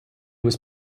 was